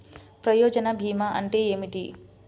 ప్రయోజన భీమా అంటే ఏమిటి?